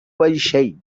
vaixell